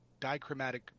dichromatic